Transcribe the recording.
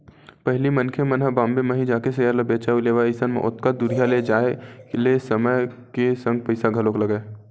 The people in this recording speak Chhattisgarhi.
पहिली मनखे मन ह बॉम्बे म ही जाके सेयर ल बेंचय अउ लेवय अइसन म ओतका दूरिहा के जाय ले समय के संग पइसा घलोक लगय